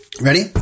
Ready